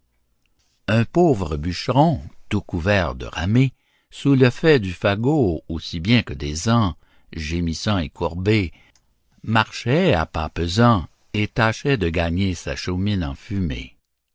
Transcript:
un pauvre bûcheron tout couvert de ramée sous le faix du fagot aussi bien que des ans gémissant et courbé marchait à pas pesants et tâchait de gagner sa chaumine enfumée